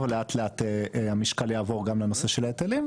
לאט לאט המשקל יעבור גם לנושא של ההיטלים,